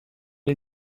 est